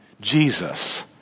Jesus